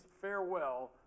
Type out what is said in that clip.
farewell